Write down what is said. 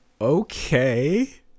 Okay